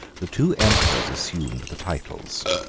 the two emperors assumed the titles,